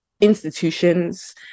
Institutions